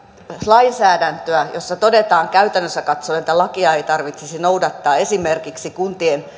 lainsäädäntöä jossa todetaan käytännössä katsoen että lakia ei tarvitsisi noudattaa esimerkiksi kuntien